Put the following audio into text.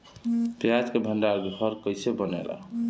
प्याज के भंडार घर कईसे बनेला?